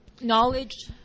Knowledge